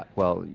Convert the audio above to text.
well,